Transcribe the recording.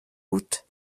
route